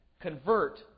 convert